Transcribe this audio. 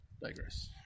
digress